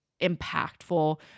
impactful